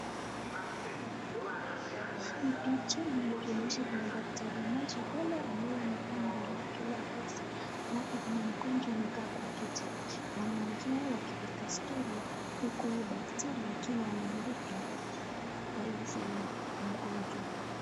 Hii picha inatuonyesha kuna daktari moja pale ambaye amevaa nguo lake la kazi alafu kuna mgonjwa amekaa kwa kiti. Wanaongea wakipiga story huku huyu daktari akiwa anaandika kueleza mgonjwa.